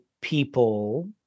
people